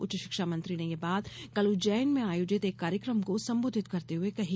उच्च शिक्षा मंत्री ने यह बात कल उज्जैन में आयोजित एक कार्यक्रम को संबोधित करते हुए कही